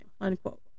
unquote